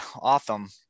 awesome